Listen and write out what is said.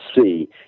see